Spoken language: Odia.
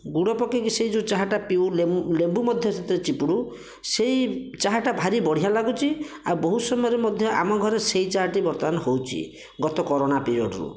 ଗୁଡ଼ ପକାଇକି ସେହି ଯେଉଁ ଚାହାଟା ପିଉ ଲେମ୍ବୁ ମଧ୍ୟ ସେଥିରେ ଚିପୁଡ଼ୁ ସେହି ଚାହାଟା ଭାରି ବଢ଼ିଆ ଲାଗୁଛି ଆଉ ବହୁତ ସମୟରେ ମଧ୍ୟ ଆମ ଘରେ ସେହି ଚାହାଟି ବର୍ତ୍ତମାନ ହେଉଛି ଗତ କରୋନା ପିରିଅଡ଼ରୁ